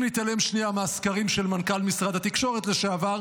אם נתעלם שנייה מהסקרים של מנכ"ל משרד התקשורת לשעבר,